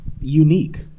unique